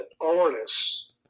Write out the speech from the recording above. artists